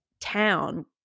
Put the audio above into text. town